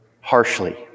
harshly